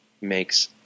makes